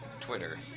Twitter